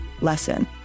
lesson